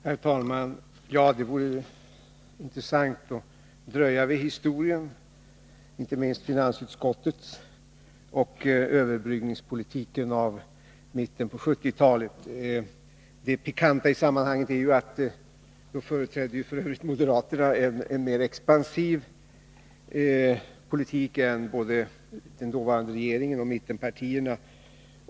Herr talman! Det vore intressant att dröja vid historien, inte minst finansutskottets, och överbryggningspolitiken i mitten på 1970-talet. Det pikanta i sammanhanget är ju att moderaterna då företrädde en mera expansiv politik än både dåvarande regeringen och mittenpartierna.